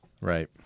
Right